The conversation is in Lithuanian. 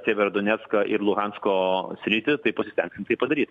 severo donestką ir luhansko sritį tai pasistenksim tai padaryt